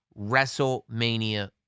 WrestleMania